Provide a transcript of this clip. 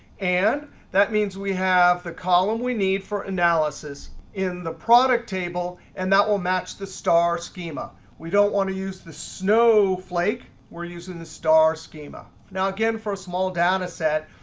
and that means we have the column we need for analysis in the product table. and that will match the star schema. we don't want to use the snowflake. we're using the star schema. now again, for a small data set,